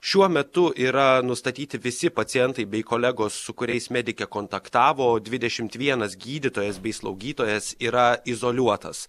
šiuo metu yra nustatyti visi pacientai bei kolegos su kuriais medikė kontaktavo dvidešimt vienas gydytojas bei slaugytojas yra izoliuotas